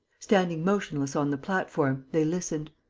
standing motionless on the platform, they listened.